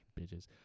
Bitches